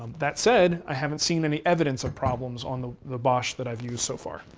um that said, i haven't seen any evidence of problems on the the bosch that i've used so far.